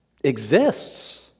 exists